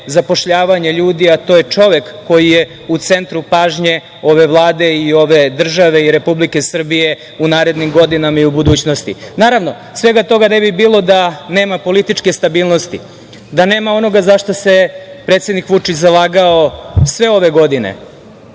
zapošljavanje ljudi, a to je čovek koji je u centru pažnje ove Vlade i ove države i Republike Srbije u narednim godinama i u budućnosti. Naravno, svega toga ne bi bilo da nema političke stabilnosti, da nema onoga za šta se predsednik Vučić zalagao sve ove godine,